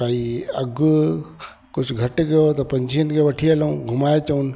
भाई अघु कुझु घटि कयो त पंजवीहनि खे वठी हलऊं घुमाए अचूं